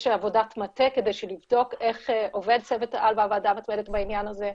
עבודת מטה כדי לבדוק איך עובד צוות העל והוועדה המתמדת בעניין הזה.